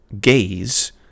gaze